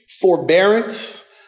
forbearance